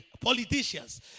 politicians